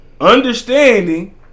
understanding